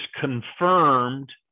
confirmed